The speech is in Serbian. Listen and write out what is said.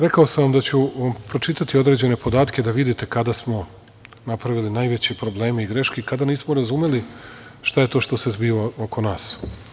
Rekao sam da ću vam pročitati određene podatke da vidite kada smo napravili najveće probleme i greške i kada nismo razumeli šta je to što se zbiva oko nas.